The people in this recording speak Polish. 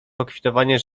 pokwitowanie